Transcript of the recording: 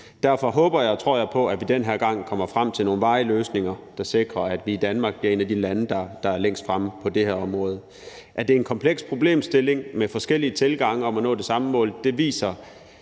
Derfor håber og tror jeg på, at vi den her gang kommer frem til nogle varige løsninger, der sikrer, at Danmark bliver et af de lande, der er længst fremme på det her område. At det er en kompleks problemstilling med forskellige tilgange til at nå det samme mål, viser